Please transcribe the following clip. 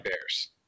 bears